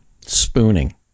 Spooning